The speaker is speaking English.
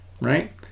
right